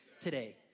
today